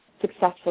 successful